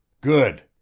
Good